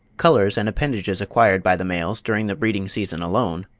colours and appendages acquired by the males during the breeding-season alone